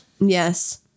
Yes